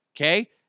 Okay